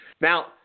Now